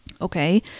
Okay